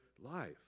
life